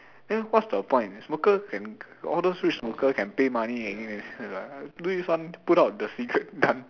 then what's the point smoker can all those rich smoker can pay money do this one put out the cigarette done